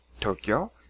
Tokyo